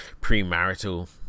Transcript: premarital